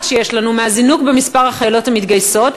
שיש לנו מהזינוק במספר החיילות המתגייסות.